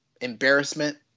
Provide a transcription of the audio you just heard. embarrassment